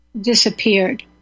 disappeared